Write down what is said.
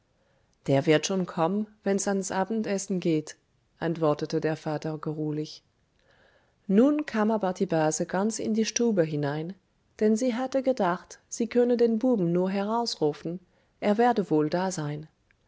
der wird schon kommen wenn's ans abendessen geht antwortete der vater geruhlich nun kam aber die base ganz in die stube hinein denn sie hatte gedacht sie könne den buben nur herausrufen er werde wohl da sein